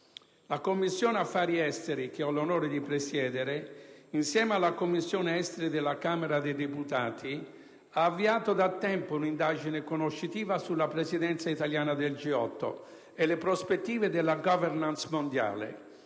La Commissione affari esteri, che ho l'onore di presiedere, insieme alla Commissione affari esteri della Camera dei deputati, ha avviato da tempo un'indagine conoscitiva sulla Presidenza italiana del G8 e le prospettive della *governance* mondiale: